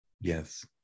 Yes